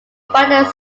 fraudulent